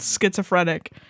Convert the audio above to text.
schizophrenic